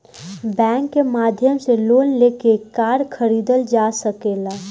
bank के माध्यम से लोन लेके कार खरीदल जा सकेला